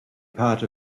part